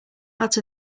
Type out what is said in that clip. out